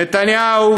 נתניהו,